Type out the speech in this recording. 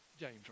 James